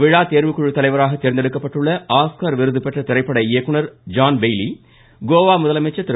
விழா தேர்வுக்குழு தலைவராக தேர்ந்தெடுக்கப்பட்டுள்ள ஆஸ்கர் விருது பெற்ற திரைப்பட இயக்குநர் ஜான் பெய்லி கோவா முதலமைச்சர் திரு